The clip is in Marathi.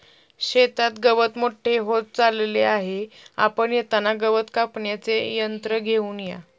शेतात गवत मोठे होत चालले आहे, आपण येताना गवत कापण्याचे यंत्र घेऊन या